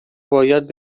باید